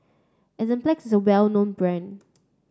Enzyplex is well known brand